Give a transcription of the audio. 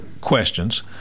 questions